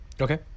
Okay